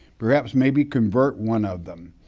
perhaps maybe convert one of them.